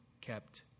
kept